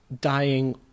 dying